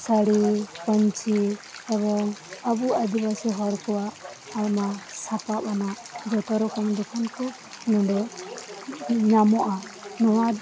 ᱥᱟᱹᱲᱤ ᱯᱟᱹᱱᱪᱤ ᱟᱨᱦᱚᱸ ᱟᱵᱚ ᱟᱹᱫᱤᱵᱟᱹᱥᱤ ᱦᱚᱲ ᱠᱚᱣᱟᱜ ᱟᱭᱢᱟ ᱥᱟᱯᱟᱵᱽ ᱟᱱᱟᱜ ᱡᱚᱛᱚ ᱨᱚᱠᱚᱢ ᱫᱚᱠᱟᱱ ᱠᱚ ᱱᱚᱰᱮ ᱧᱟᱢᱚᱜᱼᱟ ᱱᱚᱣᱟ